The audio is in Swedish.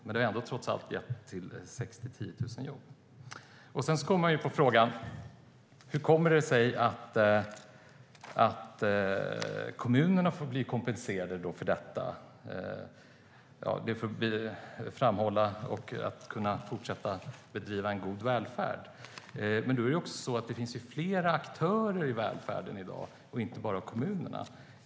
Men det har trots allt gett 6 000-10 000 jobb. Hur kommer det sig att kommunerna blir kompenserade för detta? Det som framhålls är att de ska kunna fortsätta bedriva en god välfärd. Men det finns ju fler aktörer än kommunerna i välfärden i dag.